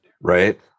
Right